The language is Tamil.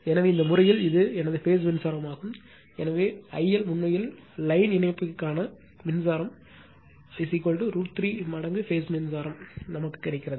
எனவே இந்த முறையில் இது எனது பேஸ் மின்சாரம் ஆகும் எனவே IL உண்மையில் line இணைப்பிற்கான மின்சாரம் √ 3 மடங்கு பேஸ் மின்சாரம் கிடைக்கிறது